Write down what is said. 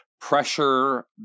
pressure